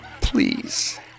please